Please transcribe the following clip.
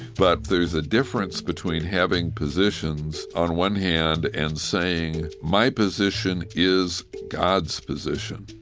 but there's a difference between having positions on one hand and saying my position is god's position,